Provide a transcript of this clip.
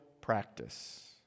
practice